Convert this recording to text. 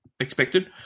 expected